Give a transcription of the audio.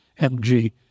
mg